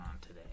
today